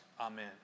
Amen